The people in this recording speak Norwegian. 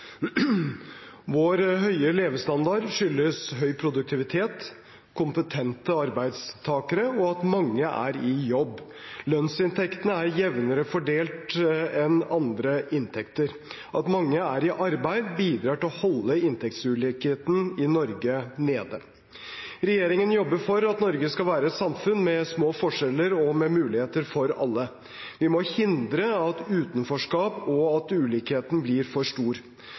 Vår høye levestandard skyldes høy produktivitet, kompetente arbeidstakere og at mange er i jobb. Lønnsinntektene er jevnere fordelt enn andre inntekter. At mange er i arbeid, bidrar til å holde inntektsulikheten i Norge nede. Regjeringen jobber for at Norge skal være et samfunn med små forskjeller og med muligheter for alle. Vi må hindre utenforskap og at ulikheten blir for stor.